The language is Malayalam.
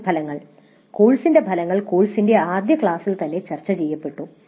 കോഴ്സ് ഫലങ്ങൾ കോഴ്സിന്റെ ഫലങ്ങൾ കോഴ്സിന്റെ ആദ്യ ക്ലാസിൽ തന്നെ ചർച്ചചെയ്യപ്പെട്ടു